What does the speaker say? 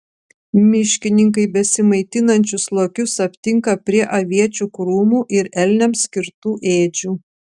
miškininkai besimaitinančius lokius aptinka prie aviečių krūmų ir elniams skirtų ėdžių